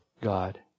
God